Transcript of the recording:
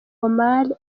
omar